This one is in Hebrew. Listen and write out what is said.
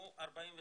הוא 49 מיליון.